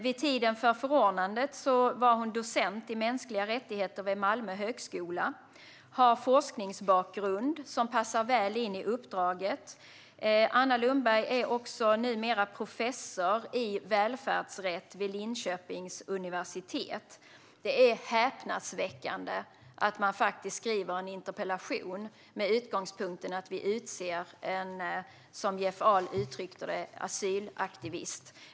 Vid tiden för förordnandet var hon docent i mänskliga rättigheter vid Malmö högskola. Hon har en forskningsbakgrund som passar väl in i uppdraget. Anna Lundberg är också numera professor i välfärdsrätt vid Linköpings universitet. Det är häpnadsväckande att någon skriver en interpellation med utgångspunkten att regeringen utser en, som Jeff Ahl uttryckte det, asylaktivist.